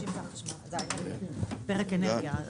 50 זה פרק אנרגיה.